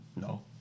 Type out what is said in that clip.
No